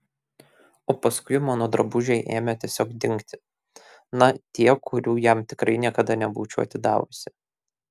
o paskui mano drabužiai ėmė tiesiog dingti na tie kurių jam tikrai niekada nebūčiau atidavusi